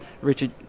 Richard